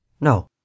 No